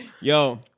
Yo